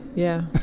yeah.